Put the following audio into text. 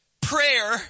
Prayer